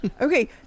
Okay